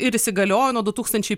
ir įsigaliojo nuo du tūkstančiai